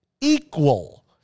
Equal